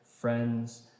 friends